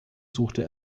suchte